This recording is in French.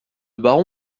baron